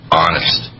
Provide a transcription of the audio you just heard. honest